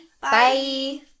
Bye